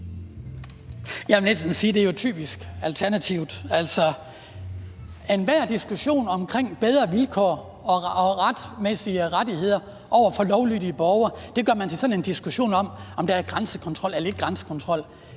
det jo er typisk Alternativet. Enhver diskussion om bedre vilkår og retsmæssige rettigheder for lovlydige borgere gør man til sådan en diskussion om, om der er grænsekontrol eller ikke grænsekontrol.